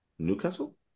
Newcastle